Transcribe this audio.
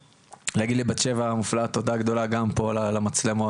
להגיד לבת שבע המופלאה תודה גדולה פה על המצלמות,